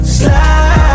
slide